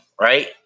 right